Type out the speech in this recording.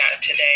today